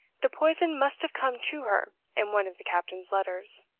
the poison must have come to her in one of the captain's letters.